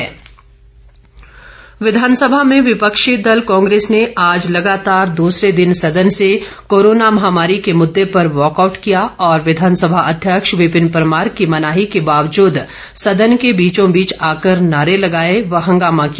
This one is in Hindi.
वॉ कआउट विधानसभा में विपक्षी दल कांग्रेस ने आज लगातार दूसरे दिन सदन से कोरोना महामारी के मुद्दे पर वॉकआउट किया और विधानसभा अध्यक्ष विपिन परमार की मनाही के बावजूद सदन के बीचों बीच आकर नारे लगाए व हंगामा किया